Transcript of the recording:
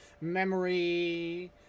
memory